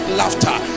laughter